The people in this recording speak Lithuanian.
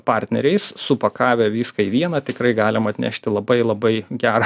partneriais supakavę viską į vieną tikrai galim atnešti labai labai gerą